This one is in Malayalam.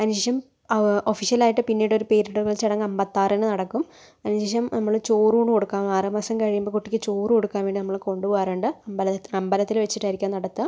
അതിന്ശേഷം ഒഫ്ഫീഷ്യലായിട്ട് പിന്നീടൊരു പേരിടൽ ചടങ്ങ് അമ്പത്താറിന് നടക്കും അതിനുശേഷം നമ്മൾ ചോറൂണ് കൊടുക്കാം ആറു മാസം കഴിയുമ്പോൾ കുട്ടിക്ക് ചോറ് കൊടുക്കാൻ വേണ്ടി നമ്മൾ കൊണ്ടുപോകാറുണ്ട് അമ്പലം അമ്പലത്തിൽ വെച്ചിട്ടയിരിക്കും നടത്തുക